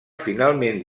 finalment